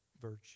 virtue